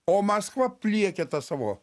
o maskva pliekia tą savo